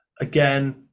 again